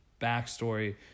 backstory